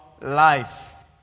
life